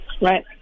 Right